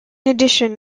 addition